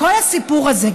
כל הסיפור הזה,